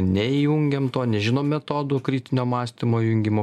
neįjungiam to nežinom metodų kritinio mąstymo įjungimo